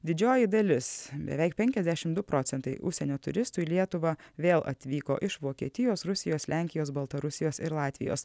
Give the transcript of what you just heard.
didžioji dalis beveik penkiasdešim du procentai užsienio turistų į lietuvą vėl atvyko iš vokietijos rusijos lenkijos baltarusijos ir latvijos